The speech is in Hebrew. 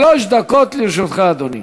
שלוש דקות לרשותך,